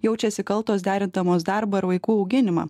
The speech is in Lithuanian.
jaučiasi kaltos derindamos darbą ir vaikų auginimą